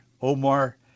Omar